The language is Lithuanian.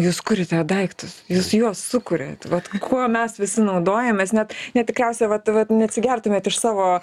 jūs kuriate daiktus jūs juos sukuriat vat kuo mes visi naudojamės net net tikriausia vat vat neatsigertumėt iš savo